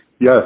yes